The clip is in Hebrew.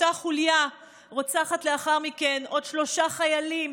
אותה חוליה רצחה לאחר מכן עוד שלושה חיילים,